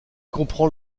comprend